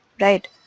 right